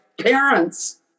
parents